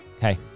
hey